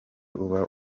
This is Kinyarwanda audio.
uba